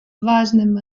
важным